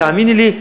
תאמיני לי,